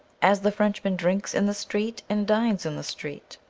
as the frenchman drinks in the street and dines in the street,